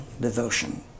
devotion